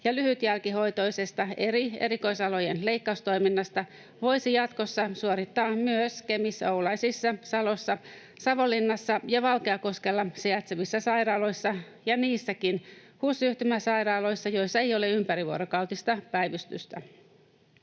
lyhytjälkihoitoisesta eri erikoisalojen leikkaustoiminnasta voisi jatkossa suorittaa myös Kemissä, Oulaisissa, Salossa, Savonlinnassa ja Valkeakoskella sijaitsevissa sairaaloissa ja niissäkin HUS-yhtymän sairaaloissa, joissa ei ole ympärivuorokautista päivystystä.